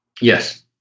yes